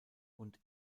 und